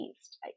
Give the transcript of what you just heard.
east